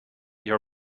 your